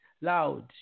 loud